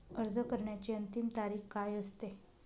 अर्ज करण्याची अंतिम तारीख काय असते?